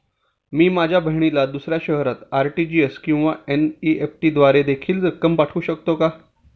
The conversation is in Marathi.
मी माझ्या बहिणीला दुसऱ्या शहरात आर.टी.जी.एस किंवा एन.इ.एफ.टी द्वारे देखील रक्कम पाठवू शकतो का?